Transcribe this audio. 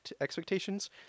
expectations